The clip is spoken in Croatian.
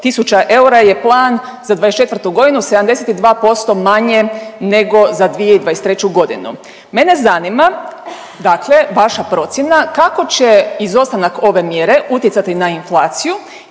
eura je plan za '24.g., 72% manje nego za 2023.g.. Mene zanima dakle vaša procjena kako će izostanak ove mjere utjecati na inflaciju,